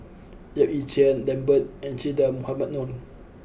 Yap Ee Chian Lambert and Che Dah Mohamed Noor